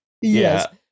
yes